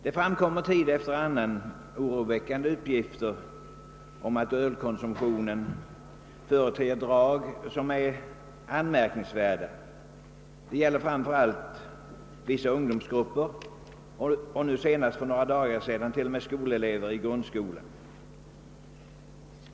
Det framkommer tid efter annan oroväckande uppgifter om att ölkonsumtionen företer drag som är anmärk ningsvärda. Framför allt gäller detta för vissa ungdomsgrupper — nu senast, för några dagar sedan, kunde vi ta del av uppgifter om att det till och med gäller elever i grundskolan.